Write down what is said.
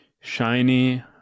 shiny